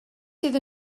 sydd